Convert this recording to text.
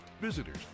visitors